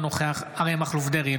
אינו נוכח אריה מכלוף דרעי,